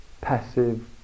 passive